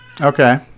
Okay